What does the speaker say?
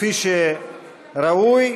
כפי שראוי,